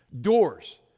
doors